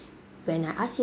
when I ask you